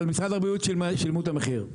אבל משרד הבריאות שילמו את המחיר.